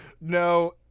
No